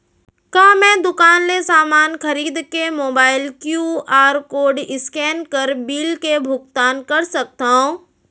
का मैं दुकान ले समान खरीद के मोबाइल क्यू.आर कोड स्कैन कर बिल के भुगतान कर सकथव?